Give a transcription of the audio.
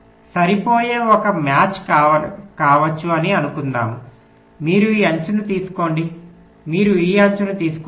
సరిపోయే ఒక మ్యాచ్ కావచ్చు అని అనుకుందాము మీరు ఈ అంచుని తీసుకోండి మీరు ఈ అంచుని తీసుకుంటారు